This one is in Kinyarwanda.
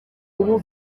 ubu